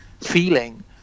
feeling